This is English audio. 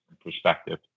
perspective